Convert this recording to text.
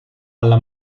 alla